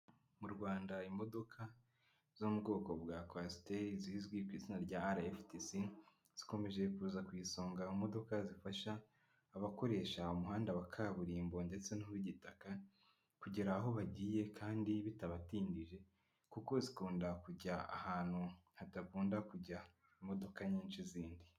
M'u Rwanda imodoka zo mu bwoko bwa coaster zizwi ku izina rya rftc, zikomeje kuza ku isonga mu imodoka zifasha abakoresha umuhanda wa kaburimbo ndetse n'uw'igitaka kugera aho bagiye kandi bitabatindije kuko zikunda kujya ahantu hadakunda kujya imodoka nyinshi zindi.